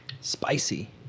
Spicy